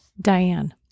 Diane